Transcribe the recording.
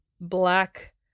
Black